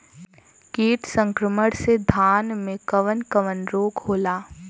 कीट संक्रमण से धान में कवन कवन रोग होला?